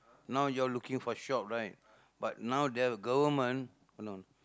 now you all looking for shop right but now the Government oh no